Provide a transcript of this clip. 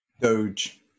Doge